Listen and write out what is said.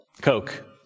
Coke